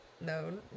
known